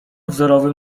wzorowym